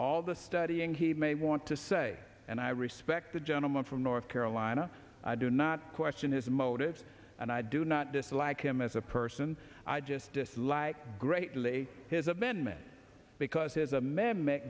all the studying he may want to say and i respect the gentleman from north carolina i do not question his motives and i do not dislike him as a person i just dislike greatly his amendment because his amendment